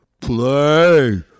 play